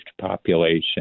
population